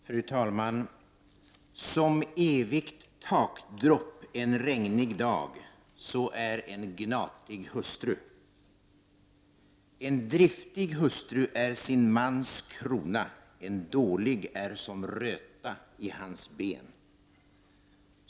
Fru talman! Som evigt takdropp en regnig dag, så är en gnatig hustru. En driftig hustru är sin mans krona, en dålig är som röta i hans ben.